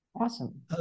awesome